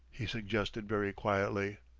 he suggested very quietly.